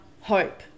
hope